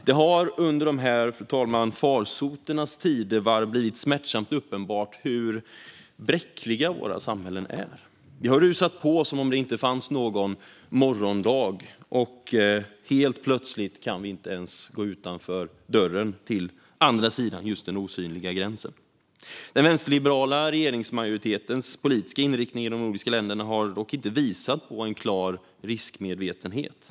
Det har under dessa farsoternas tidevarv blivit smärtsamt uppenbart hur bräckliga våra samhällen är. Vi har rusat på som om det inte fanns någon morgondag, och helt plötsligt kan vi inte ens gå utanför dörren till andra sidan om den gräns som skulle vara osynlig. Den vänsterliberala regeringsmajoritetens politiska inriktning i de nordiska länderna har dock inte visat på en klar riskmedvetenhet.